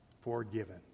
forgiven